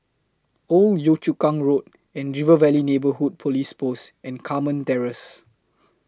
Old Yio Chu Kang Road River Valley Neighbourhood Police Post and Carmen Terrace